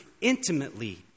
intimately